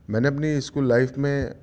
میں نے اپنی اسکول لائف میں